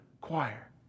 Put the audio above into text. Choir